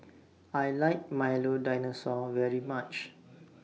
I like Milo Dinosaur very much